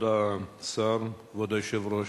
כבוד השר, כבוד היושב-ראש,